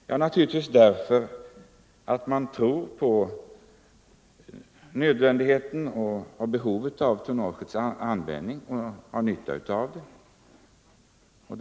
Jo, naturligtvis därför att man tror på nödvändigheten och behovet av tonnagets användning och har nytta av det.